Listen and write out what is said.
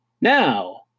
Now